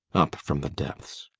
up from the depths?